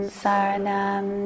saranam